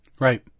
Right